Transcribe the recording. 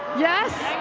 yes?